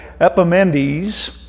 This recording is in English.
Epimendes